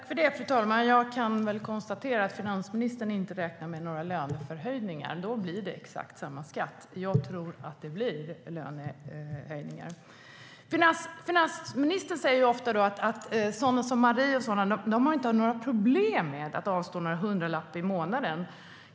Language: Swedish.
Fru talman! Jag kan konstatera att finansministern inte räknar med några löneförhöjningar. Då blir det exakt samma skatt. Jag tror dock att det blir löneförhöjningar. Finansministern säger ofta att sådana som Marie inte har några problem med att avstå någon hundralapp i månaden.